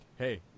Hey